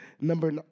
Number